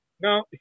Now